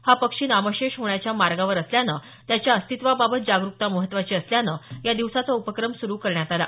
हा पक्षी नामशेष होण्याच्या मार्गावर असल्यानं त्याच्या अस्तित्वाबाबत जागरूकता महत्त्वाची असल्यानं या दिवसाचा उपक्रम सुरू करण्यात आला